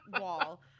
wall